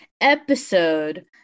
episode